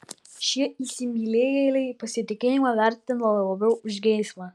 šie įsimylėjėliai pasitikėjimą vertina labiau už geismą